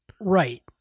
Right